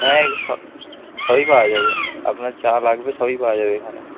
হ্যাঁ এগুলো সবই পাওয়া যাবে আপনার যা লাগবে সবই পাওয়া যাবে এখানে